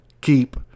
keep